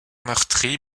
meurtri